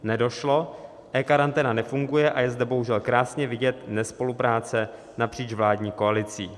Nedošlo, eKaranténa nefunguje a je zde bohužel krásně vidět nespolupráce napříč vládní koalicí.